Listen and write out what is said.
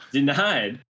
Denied